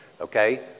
Okay